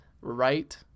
right